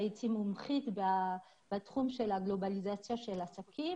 הייתי מומחית בתחום של הגלובליזציה של עסקים